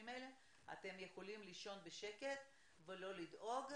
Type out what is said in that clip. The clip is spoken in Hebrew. האלה: אתם יכולים לישון בשקט ולא לדאוג,